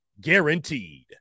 guaranteed